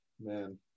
man